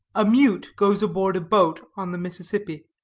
a mute goes aboard a boat on the mississippi.